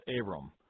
Abram